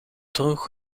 droeg